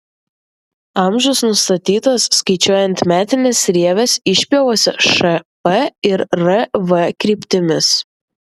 amžius nustatytas skaičiuojant metines rieves išpjovose š p ir r v kryptimis